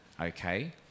okay